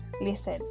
listen